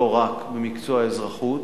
לא רק במקצוע האזרחות,